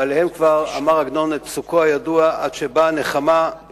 ועליהם כבר אמר עגנון את פסוקו הידוע: עד שבאה הנחמה,